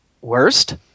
Worst